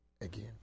again